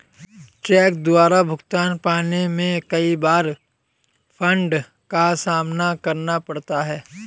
check द्वारा भुगतान पाने में कई बार फ्राड का सामना करना पड़ता है